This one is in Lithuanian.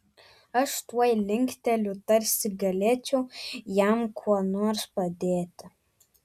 aš tuoj linkteliu tarsi galėčiau jam kuo nors padėti